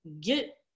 get